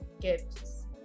gifts